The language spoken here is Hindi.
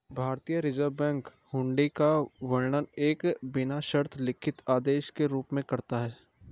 भारतीय रिज़र्व बैंक हुंडी का वर्णन एक बिना शर्त लिखित आदेश के रूप में करता है